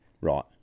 Right